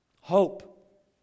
Hope